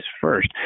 first